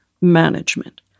management